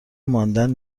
ماندن